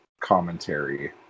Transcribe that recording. commentary